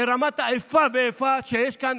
על רמת האיפה ואיפה שיש כאן